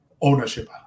ownership